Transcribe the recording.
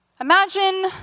Imagine